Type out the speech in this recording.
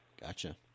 Gotcha